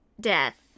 death